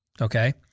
Okay